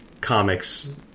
comics